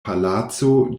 palaco